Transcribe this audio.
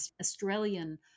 Australian